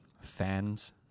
Fans